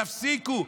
תפסיקו.